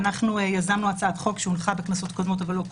אנחנו יזמנו הצעת חוק שהונחה בכנסות קודמות אבל לא קודמה,